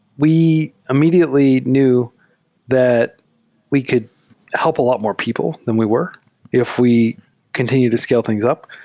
we immediately knew that we could help a lot more people than we were if we continued to scale things up.